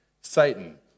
Satan